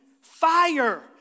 Fire